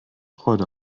freude